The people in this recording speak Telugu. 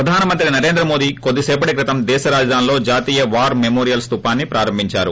ప్రధానమంత్రి నరేంద్ర మోదీ కొద్ది సేపటి క్రితం దేశ రాజధానిలో జాతీయ వార్ మెమోరియల్ స్లూపాన్ని ప్రారంభించారు